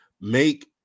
make